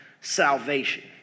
salvation